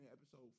episode